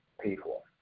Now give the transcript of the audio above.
people